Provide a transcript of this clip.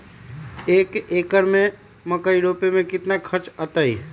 एक एकर में मकई रोपे में कितना खर्च अतै?